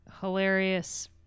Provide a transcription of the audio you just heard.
hilarious